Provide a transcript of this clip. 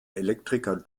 elektriker